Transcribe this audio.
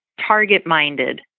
target-minded